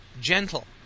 gentle